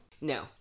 No